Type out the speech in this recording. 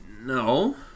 No